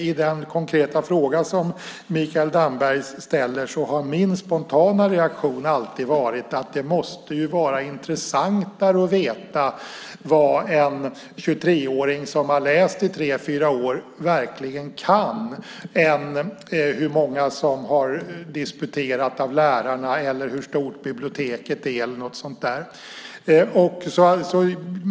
I den konkreta fråga som Mikael Damberg ställer har min spontana reaktion alltid varit att det måste vara intressantare att veta vad en 23-åring som har studerat i tre fyra år verkligen kan än hur många av lärarna som har disputerat eller hur stort biblioteket är.